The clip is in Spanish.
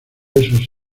esos